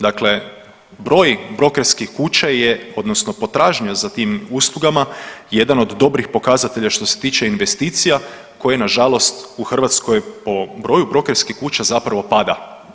Dakle, broj brokerskih kuća je odnosno potražnja za tim uslugama jedan od dobrih pokazatelja što se tiče investicija koje nažalost u Hrvatskoj po broju brokerskih kuća zapravo pada.